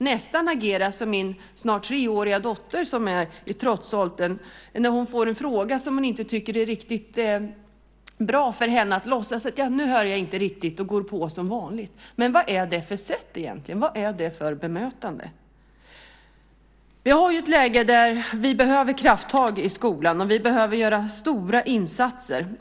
Man agerar nästan som min snart treåriga dotter som är i trotsåldern. När hon får en fråga som hon inte tycker är riktigt bra låtsas hon: Nu hör jag inte riktigt, och går på som vanligt. Vad är det för sätt egentligen? Vad är det för bemötande? Vi har ett läge där vi behöver krafttag i skolan. Vi behöver göra stora insatser.